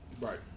Right